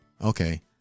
Okay